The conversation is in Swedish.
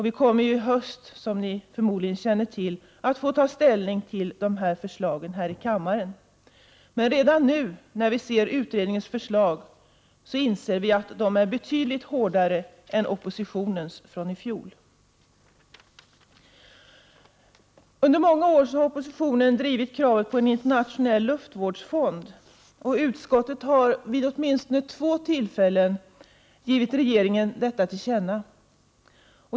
Vi kommer i höst, som alla förmodligen känner till, att få ta ställning till utredningens förslag här i kammaren. Men redan nu kan vi se att det blir betydligt hårdare krav än vad oppositionen föreslog i fjol. Under många år har oppositionen drivit kravet på internationell luftvårdsfond. Utskottet har vid åtminstone två tillfällen givit regeringen detta till känna.